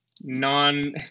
non